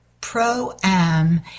Pro-Am